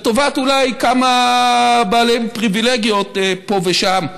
לטובת אולי כמה בעלי פריווילגיות פה ושם,